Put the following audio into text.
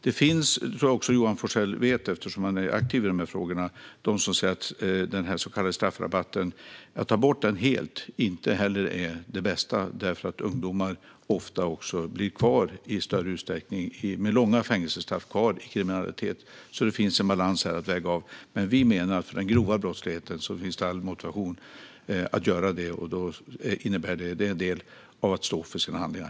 Jag tror att Johan Forssell vet att det finns de som säger att det inte är det bästa att helt ta bort den så kallade straffrabatten eftersom ungdomar med långa fängelsestraff ofta blir kvar i kriminalitet. Det finns alltså en balans att väga av här. Men vi menar alltså att för den grova brottsligheten finns det all motivation att ta bort den, och det är en del i detta att stå för sina handlingar.